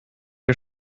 wir